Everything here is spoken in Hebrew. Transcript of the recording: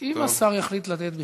השר יחליט לתת בכתב,